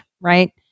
right